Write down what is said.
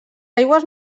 aigües